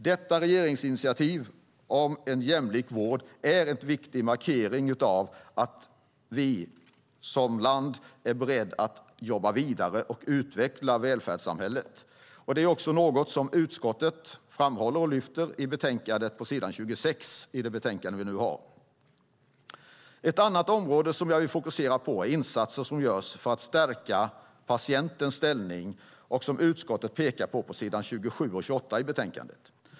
Detta regeringsinitiativ om en jämlik vård är en viktig markering av att Sverige som land är berett att jobba vidare och utveckla välfärdssamhället. Det är något som också utskottet lyfter fram på s. 26 i betänkandet. Ett annat område som jag vill fokusera på är insatser som görs för att stärka patientens ställning och som utskottet pekar på i betänkandet på s. 27 och 28.